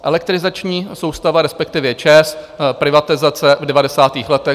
Elektrizační soustava, respektive ČEZ privatizace v devadesátých letech.